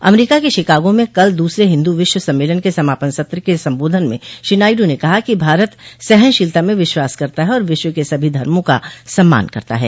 अमरीका के शिकागा में कल दूसरे विश्व हिंदू सम्मेलन के समापन सत्र के संबोधन में श्री नायडू ने कहा कि भारत सहनशीलता में विश्वास करता है और विश्व के सभी धर्मों का सम्मान करता है